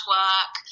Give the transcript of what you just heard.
work